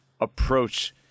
approach